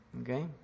okay